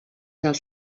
dels